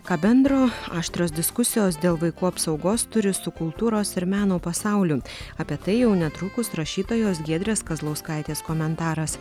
ką bendro aštrios diskusijos dėl vaikų apsaugos turi su kultūros ir meno pasauliu apie tai jau netrukus rašytojos giedrės kazlauskaitės komentaras